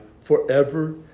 forever